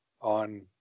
on